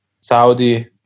Saudi